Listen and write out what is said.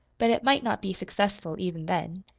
but it might not be successful, even then.